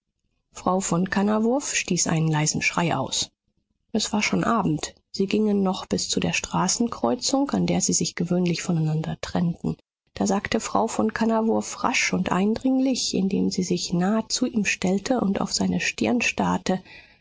frau von kannawurf stieß einen leisen schrei aus es war schon abend sie gingen noch bis zu der straßenkreuzung an der sie sich gewöhnlich voneinander trennten da sagte frau von kannawurf rasch und eindringlich indem sie sich nah zu ihm stellte und auf seine stirn